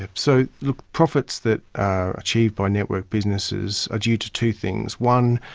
so look, profits that are achieved by network businesses are due to two things. one,